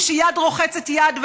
כשיד רוחצת יד,